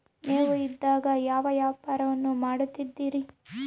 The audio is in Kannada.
ನೇವು ಇದೇಗ ಯಾವ ವ್ಯಾಪಾರವನ್ನು ಮಾಡುತ್ತಿದ್ದೇರಿ?